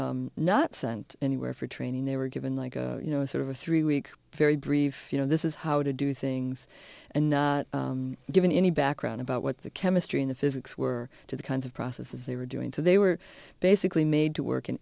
not sent anywhere for training they were given like you know sort of a three week very brief you know this is how to do things and not given any background about what the chemistry in the physics were to the kinds of processes they were doing so they were basically made to work in